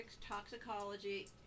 toxicology